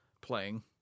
playing